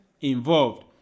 involved